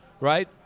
right